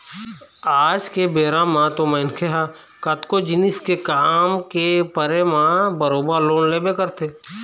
आज के बेरा म तो मनखे ह कतको जिनिस के काम के परे म बरोबर लोन लेबे करथे